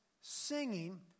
singing